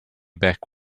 back